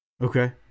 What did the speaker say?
Okay